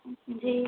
ਜੀ